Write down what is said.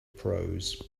prose